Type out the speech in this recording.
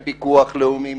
עם ביטוח לאומי,